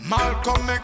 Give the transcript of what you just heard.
Malcolm